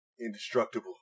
Indestructible